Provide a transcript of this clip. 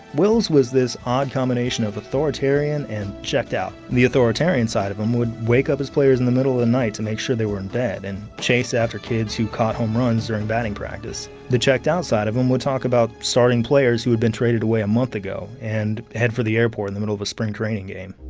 wills was this odd combination of authoritarian and checked-out. the authoritarian side of him would wake up his players in the middle of the night to make sure they were in bed and chase after kids who caught home runs during batting practice. the checked-out side of him would talk about starting players who had been traded away a month ago and head for the airport in the middle of a spring training game.